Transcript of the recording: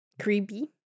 creepy